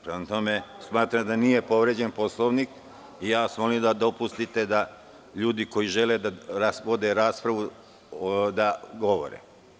Prema tome, smatram da nije povređen Poslovnik i molim vas da dopustite ljudima koji žele da vode raspravu da govore.